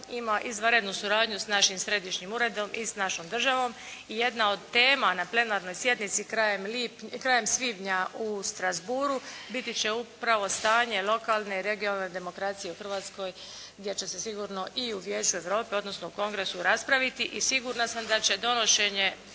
ima izvanrednu suradnju sa našim središnjim uredom i s našom državom i jedna od tema na plenarnoj sjednici krajem svibnja u Strasbourgu biti će upravo stanje lokalne i regionalne demokracije u Hrvatskoj gdje će se sigurno i u Vijeću Europe, odnosno u kongresu raspraviti i sigurna sam da će donošenje,